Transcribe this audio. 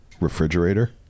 refrigerator